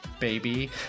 baby